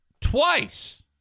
twice